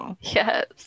Yes